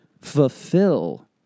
fulfill